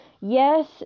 Yes